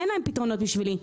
אין להם פתרונות בשבילי,